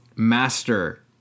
master